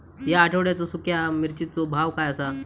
या आठवड्याचो सुख्या मिर्चीचो भाव काय आसा?